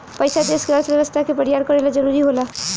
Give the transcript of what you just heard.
पइसा देश के अर्थव्यवस्था के बरियार करे ला जरुरी होला